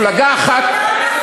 איך זה?